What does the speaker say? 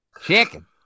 Chicken